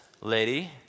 lady